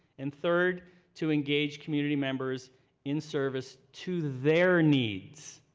and, third to engage community members in service to their needs,